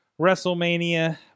WrestleMania